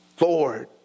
Lord